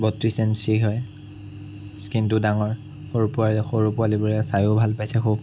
বত্ৰিছ ইঞ্চি হয় স্ক্ৰীণটো ডাঙৰ সৰু পোৱালী সৰু পোৱালীবোৰে চায়ো ভাল পাইছে খুব